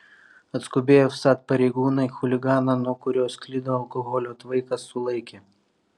atskubėję vsat pareigūnai chuliganą nuo kurio sklido alkoholio tvaikas sulaikė